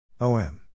OM